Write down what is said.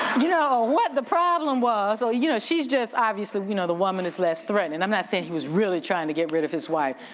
you know, what the problem was so you know, she's just obviously you know, the woman is less threatening. i'm not saying he was really trying to get rid of his wife,